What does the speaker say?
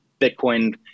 Bitcoin